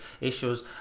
issues